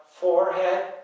forehead